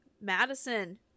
Madison